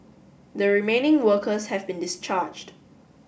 the remaining workers have been discharged